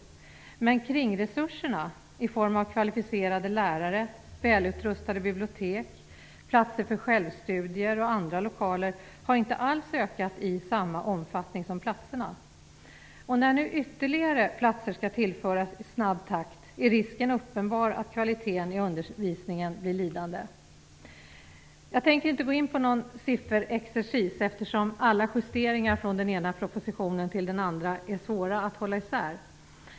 Men kringresurserna, i form av kvalificerade lärare, välutrustade bibliotek, platser för självstudier och andra lokaler, har inte alls ökat i samma omfattning som platserna. Och när nu ytterligare platser skall tillföras i snabb takt är risken uppenbar att kvaliteten i undervisningen blir lidande. Jag tänker inte gå in på någon sifferexercis eftersom alla justeringar från den ena propositionen till den andra är svåra att hålla isär.